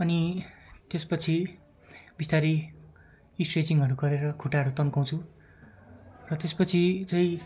अनि त्यसपछि बिस्तारै स्ट्रेचिङहरू गरेर खुट्टाहरू तन्काउछु र त्यसपछि चाहिँ